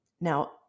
Now